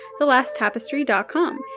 TheLastTapestry.com